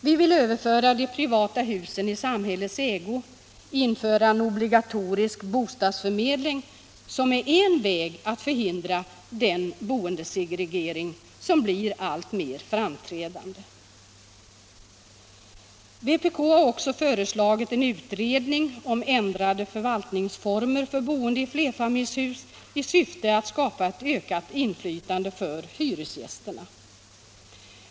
Vi vill överföra de privata husen i samhällets ägo och införa en obligatorisk bostadsförmedling, som är en väg att förhindra den boendesegregering som blir alltmer framträdande. Vpk har också bl.a. föreslagit en utredning om ändrade förvaltningsformer för boende i flerfamiljshus i syfte att skapa ett ökat inflytande för hyresgästerna.